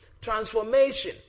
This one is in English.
transformation